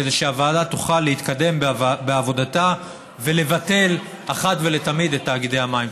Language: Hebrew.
כדי שהוועדה תוכל להתקדם בעבודתה ולבטל אחת ולתמיד את תאגידי המים.